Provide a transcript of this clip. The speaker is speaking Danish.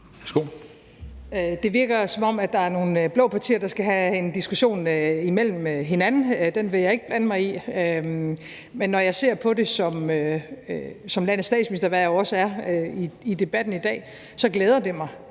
Det virker, som om der er nogle blå partier, der skal have en diskussion imellem hinanden. Den vil jeg ikke blande mig i, men når jeg ser på det som landets statsminister, hvad jeg jo også er i debatten i dag, så glæder det mig,